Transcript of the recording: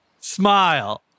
smile